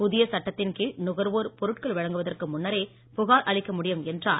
புதிய சட்டத்தின் கீழ் நுகர்வோர் பொருட்கள் வாங்குவதற்கு முன்னரே புகார் அளிக்க முடியும் என்றார்